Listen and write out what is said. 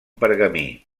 pergamí